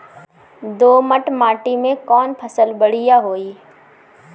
दोमट माटी में कौन फसल बढ़ीया होई?